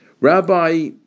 Rabbi